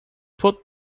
put